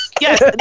Yes